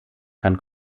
kann